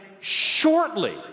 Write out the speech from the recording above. shortly